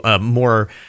more